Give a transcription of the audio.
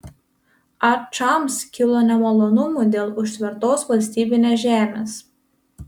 ačams kilo nemalonumų dėl užtvertos valstybinės žemės